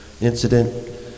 incident